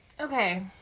okay